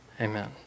amen